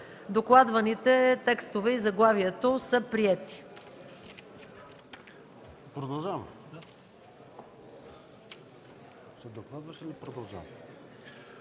Докладваните текстове и заглавието са приети.